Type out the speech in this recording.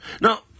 Now